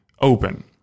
open